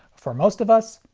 for most of us,